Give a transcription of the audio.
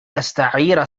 أستعير